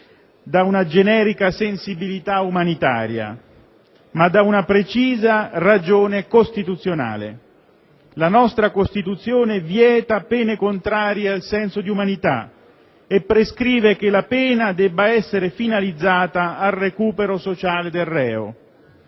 da una generica sensibilità umanitaria, ma da una precisa ragione costituzionale: la nostra Costituzione vieta pene contrarie al senso di umanità e prescrive che la pena debba essere finalizzata al recupero sociale del reo.